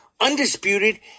Undisputed